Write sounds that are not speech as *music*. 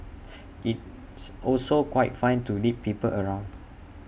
*noise* it's also quite fun to lead people around